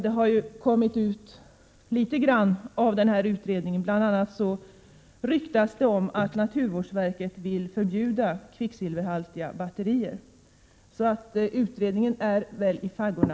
Det ryktas bl.a. från utredningen att naturvårdsverket vill förbjuda kvicksilverhaltiga batterier, och utredningen är nog i faggorna.